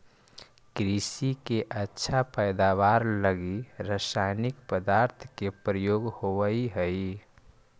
कृषि के अच्छा पैदावार लगी रसायनिक पदार्थ के प्रयोग होवऽ हई